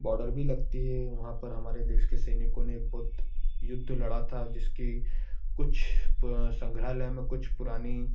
border भी लगती है वहाँ पर हमारे देश के सैनिकों ने एक बहुत युद्ध लड़ा था जिसकी कुछ संग्रहालय में कुछ पुरानी